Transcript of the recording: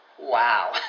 wow